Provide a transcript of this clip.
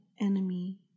enemy